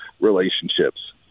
relationships